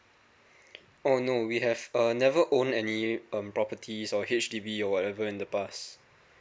oh no we have uh never own any um properties or H_D_B or whatever in the past